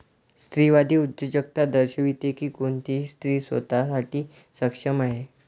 स्त्रीवादी उद्योजकता दर्शविते की कोणतीही स्त्री स्वतः साठी सक्षम आहे